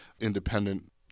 independent